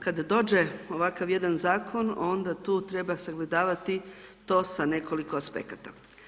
Kada dođe ovakav jedan zakon, onda tu treba sagledavati to sa nekoliko aspekata.